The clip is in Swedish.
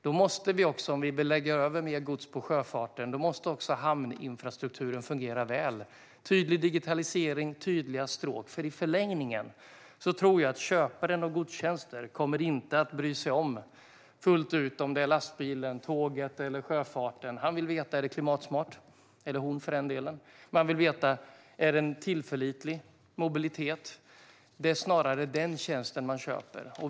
Ska vi utveckla sjöfarten ännu mer och lägga över mer gods på sjöfarten måste även hamninfrastrukturen fungera väl - tydlig digitalisering och tydliga stråk. I förlängningen tror jag nämligen att köpare av godstjänster inte fullt ut kommer att bry sig om huruvida det är lastbilen, tåget eller sjöfarten som utför dessa tjänster. Han eller hon vill veta om det är klimatsmart och tillförlitligt. Det handlar om mobilitet. Det är snarare den tjänsten som man köper.